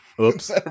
Oops